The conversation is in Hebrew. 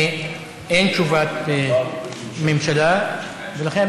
אין תשובת ממשלה ולכן